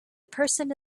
person